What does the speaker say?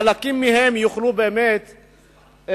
חלק מהם יוכלו להתגייר.